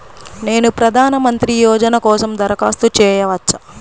నేను ప్రధాన మంత్రి యోజన కోసం దరఖాస్తు చేయవచ్చా?